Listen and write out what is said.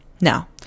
Now